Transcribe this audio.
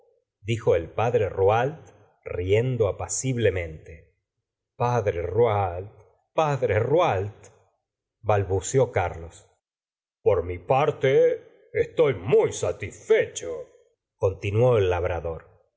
dijo el padre rouault riendo apaciblemente padre rouault padre rouaultbalbuceó carlos por mi parte estoy muy satisfechocontinuó el labrador